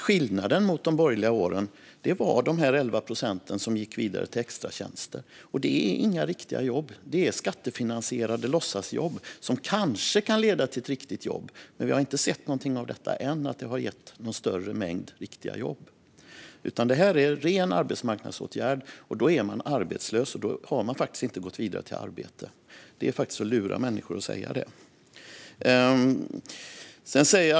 Skillnaden mot de borgerliga åren var de 11 procent som gick vidare till extratjänster, men det är ju inga riktiga jobb. Det är skattefinansierade låtsasjobb som kanske kan leda till ett riktigt jobb, men vi har ännu inte sett att det har gett något större antal riktiga jobb. Detta är en ren arbetsmarknadsåtgärd, vilket innebär att man är arbetslös. Då har man inte gått vidare till arbete. Att säga något annat är faktiskt att lura människor.